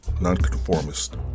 nonconformist